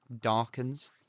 darkens